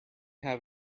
have